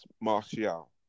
Martial